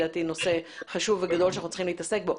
דעתי נושא חשוב וגדול שאנחנו צריכים לעסוק בו.